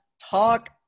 talk